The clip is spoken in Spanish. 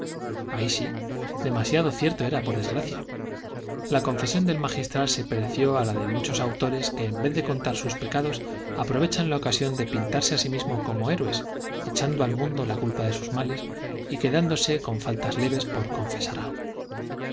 ay sí demasiado cierto era por desgracia la confesión del magistral se pareció a la de muchos autores que en vez de contar sus pecados aprovechan la ocasión de pintarse a sí mismos como héroes echando al mundo la culpa de sus males y quedándose con faltas leves por confesar algo